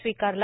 स्वीकारला